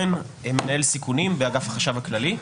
אני שלומי כהן, מנהל סיכונים באגף החשב הכללי.